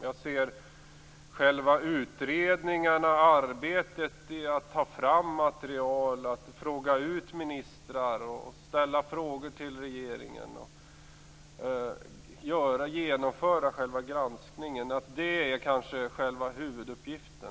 Jag ser själva utredningen, arbetet att ta fram material, fråga ut ministrar, ställa frågor till regeringen och genomföra själva granskningen som en huvuduppgift.